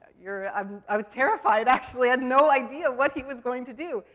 you're, um, i was terrified, actually, i had no idea what he was going to do.